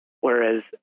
whereas